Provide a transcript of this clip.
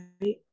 right